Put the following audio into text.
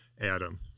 Adam